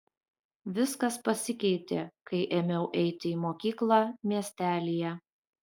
viskas pasikeitė kai ėmiau eiti į mokyklą miestelyje